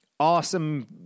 Awesome